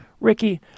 Ricky